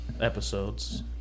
episodes